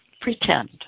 Pretend